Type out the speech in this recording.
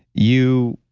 you